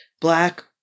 black